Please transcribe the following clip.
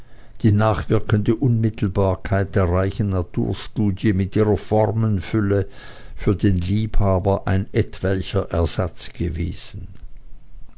die nachwirkende unmittelbarkeit der reichen naturstudie mit ihrer formenfülle für den liebhaber ein etwelcher ersatz gewesen